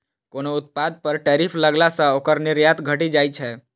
कोनो उत्पाद पर टैरिफ लगला सं ओकर निर्यात घटि जाइ छै